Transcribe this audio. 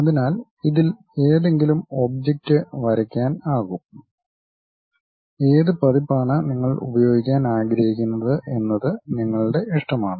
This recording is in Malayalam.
അതിനാൽ ഇതിൽ ഏതെങ്കിലും ഒബ്ജക്റ്റ് വരയ്ക്കാൻ ആകും ഏത് പതിപ്പാണ് നിങ്ങൾ ഉപയോഗിക്കാൻ ആഗ്രഹിക്കുന്നത് എന്നത് നിങ്ങളുടെ ഇഷ്ടമാണ്